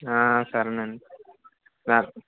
సరే అండి నా